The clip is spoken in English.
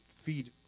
feed